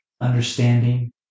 understanding